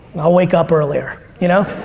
i'll wake up earlier. you know?